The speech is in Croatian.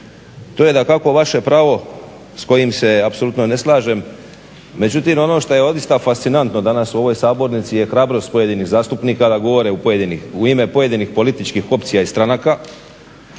To je dakako vaše pravo s kojim se apsolutno ne slažem. Međutim, ono što je odista fascinantno danas u ovoj sabornici je hrabrost pojedinih zastupnika da govore u ime pojedinih političkih opcija i stranaka